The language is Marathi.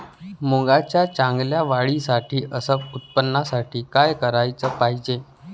मुंगाच्या चांगल्या वाढीसाठी अस उत्पन्नासाठी का कराच पायजे?